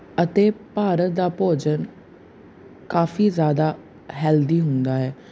ਅਤੇ ਭਾਰਤ ਦਾ ਭੋਜਨ ਕਾਫੀ ਜ਼ਿਆਦਾ ਹੈਲਦੀ ਹੁੰਦਾ ਹੈ